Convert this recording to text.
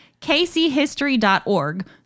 kchistory.org